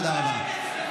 תודה רבה.